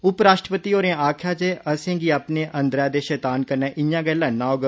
उपराश्ट्रपति होरें आक्खेआ जे असें गी अपने अंदरै दे शैतान कन्नै इआं गै लड़ना होग